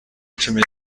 cumi